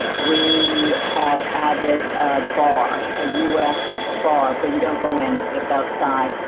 we have added ah a bar, a us bar, but you don't go in, it's just outside.